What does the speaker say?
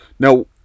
Now